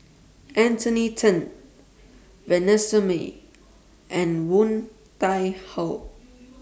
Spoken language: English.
Anthony Then Vanessa Mae and Woon Tai Ho